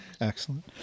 Excellent